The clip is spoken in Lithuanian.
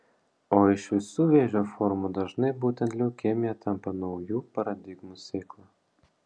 o iš visų vėžio formų dažnai būtent leukemija tampa naujų paradigmų sėkla